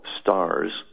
stars